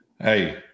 Hey